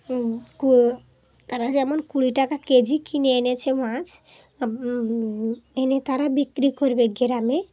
তারা যেমন কুড়ি টাকা কেজি কিনে এনেছে মাছ এনে তারা বিক্রি করবে গ্রামে